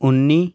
ਉੱਨੀ